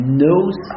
knows